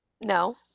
No